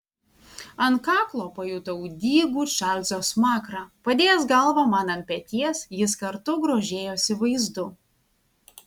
ant kaklo pajutau dygų čarlzo smakrą padėjęs galvą man ant peties jis kartu grožėjosi vaizdu